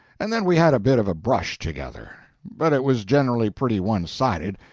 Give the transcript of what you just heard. and then we had a bit of a brush together. but it was generally pretty one-sided,